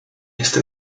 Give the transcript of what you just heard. esta